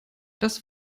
das